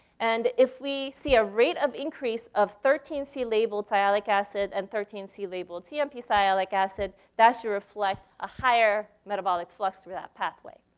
and if we see a rate of increase of thirteen c-labeled sialic acid and thirteen c-labeled cmp sialic acid, that should reflect a higher metabolic flux through that pathway.